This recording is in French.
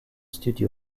studio